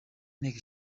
nteko